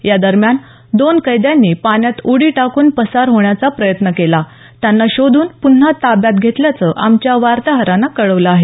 या दरम्यान दोन कैद्यांनी पाण्यात उडी टाकून पसार होण्याचा प्रयत्न केला त्यांना शोधून पुन्हा ताब्यात घेतल्याचं आमच्या वार्ताहरानं कळवलं आहे